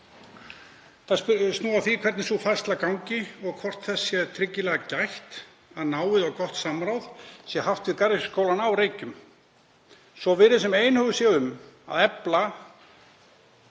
Þær snúa að því hvernig sú færsla gangi og hvort þess sé tryggilega gætt að náið og gott samráð sé haft við Garðyrkjuskólann á Reykjum. Svo virðist sem einhugur sé um að stórefla